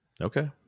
Okay